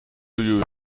you